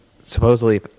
supposedly